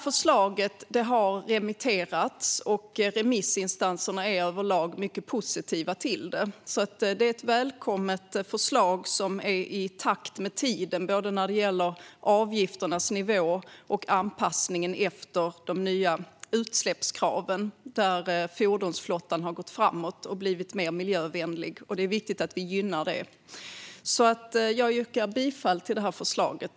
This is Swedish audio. Förslaget har remitterats, och remissinstanserna är överlag mycket positiva till det. Det är ett välkommet förslag som är i takt med tiden när det gäller avgiftsnivån och anpassningen efter de nya utsläppskraven där fordonsflottan har gått framåt och blivit mer miljövänligt. Det är viktigt att vi gynnar detta. Jag yrkar bifall till förslaget.